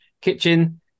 kitchen